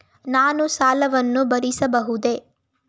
ನಾನು ಸಾಲವನ್ನು ಭರಿಸಬಹುದೇ?